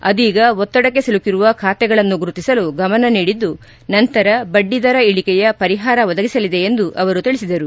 ಅದೀಗ ಒತ್ತದಕ್ಕೆ ಸಿಲುಕಿರುವ ಖಾತೆಗಳನ್ನು ಗುರುತಿಸಲು ಗಮನ ನೀಡಿದ್ದು ನಂತರ ಬಡ್ಡಿದರ ಇಳಿಕೆಯ ಪರಿಹಾರ ಒದಗಿಸಲಿದೆ ಎಂದು ತಿಳಿಸಿದರು